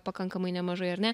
pakankamai nemažai ar ne